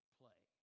play